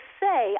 say